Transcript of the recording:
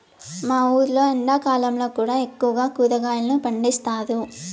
మా ఊర్లో ఎండాకాలంలో కూడా ఎక్కువగా కూరగాయలు పండిస్తారు